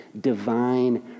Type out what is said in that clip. divine